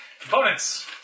Components